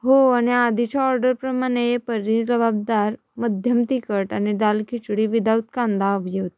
हो आणि आधीच्या ऑर्डरप्रमाणे पनीर लबाबदार मध्यम तिखट आणि दाल खिचडी विदाउट कांदा हवी होती